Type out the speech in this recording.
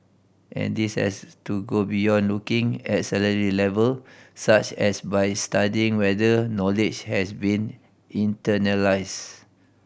and this has to go beyond looking at salary level such as by studying whether knowledge has been internalised